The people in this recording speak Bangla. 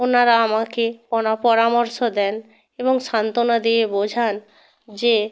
ওনারা আমাকে পরামর্শ দেন এবং সান্ত্বনা দিয়ে বোঝান যে